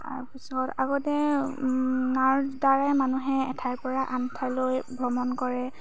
তাৰ পিছত আগতে নাৱৰদ্বাৰাই মানুহে এঠাইপৰা আন ঠাইলৈ ভ্ৰমণ কৰে